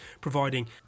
providing